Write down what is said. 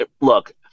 Look